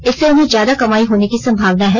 इससे उन्हें ज्यादा कमाई होने की संभावना है